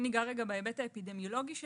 אם ניגע בהיבט האפידמיולוגי שלה,